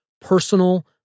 personal